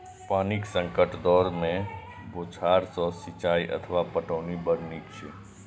पानिक संकटक दौर मे बौछार सं सिंचाइ अथवा पटौनी बड़ नीक छै